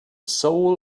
soul